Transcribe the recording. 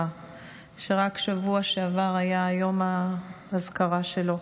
שרק בשבוע שעבר היה יום האזכרה שלו,